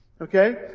Okay